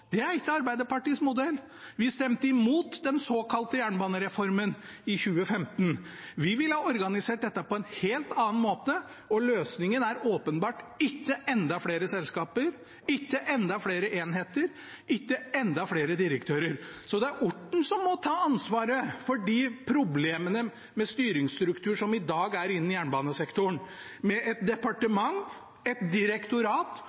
er ikke Arbeiderpartiets modell. Vi stemte imot den såkalte jernbanereformen i 2015, vi ville ha organisert dette på en helt annen måte. Løsningen er åpenbart ikke enda flere selskaper, ikke enda flere enheter, ikke enda flere direktører. Så det er Orten som må ta ansvaret for de problemene med styringsstruktur som i dag er innenfor jernbanesektoren – med et departement, et direktorat